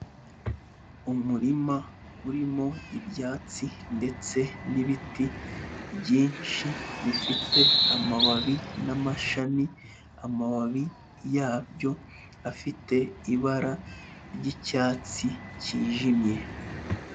Umurima urimo ibyatsi ndetse n'ibiti byinshi bifite amababi n'amashami, amababi yabyo afite ibara ry'icyatsi cyijimye.